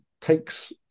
takes